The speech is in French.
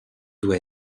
doit